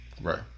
right